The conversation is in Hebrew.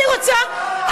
אני רוצה,